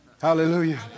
Hallelujah